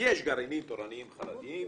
יש גרעינים תורניים חרדיים.